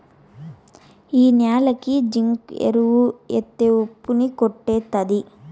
ఈ న్యాలకి జింకు ఎరువు ఎత్తే ఉప్పు ని కొట్టేత్తది